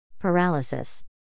Paralysis